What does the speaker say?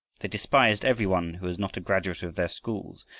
they despised every one who was not a graduate of their schools,